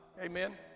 Amen